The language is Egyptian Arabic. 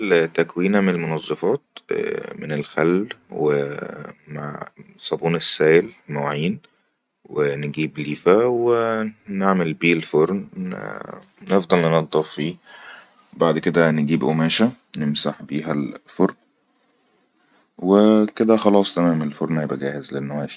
التكوين-تكوين المنظفات ءء من الخل والصبون السايل موعين ونجيب ليفه ونعمل بي الفرن نفضل ننضف في بعد كدا نجيب أماشه نمسح بيها الفرن وكجا بئا تمام الفرن هيبئا جاهز للءء